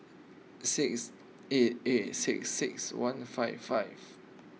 six eight eight six six one five five